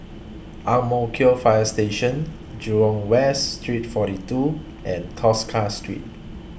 Ang Mo Kio Fire Station Jurong West Street forty two and Tosca Street